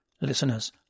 Listeners